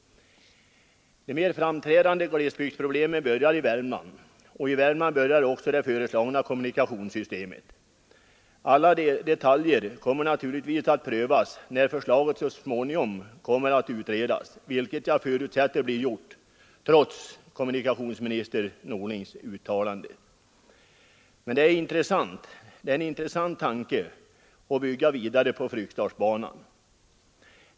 De mera framträdande glesbygdsproblemen börjar i Värmland, och i Värmland börjar också det föreslagna kommunikationssystemet. Alla detaljer kommer naturligtvis att prövas när förslaget så småningom kommer att utredas, vilket jag förutsätter blir gjort trots kommunikationsminister Norlings uttalande. Det är en intressant tanke att bygga vidare på Fryksdalsbanan.